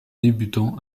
débutant